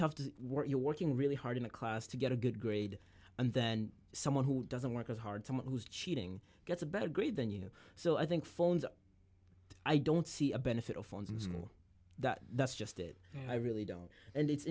tough to work you're working really hard in a class to get a good grade and then someone who doesn't work as hard someone who's cheating gets a better grade than you so i think phones i don't see a benefit of that that's just it i really don't and it's